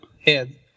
head